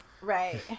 Right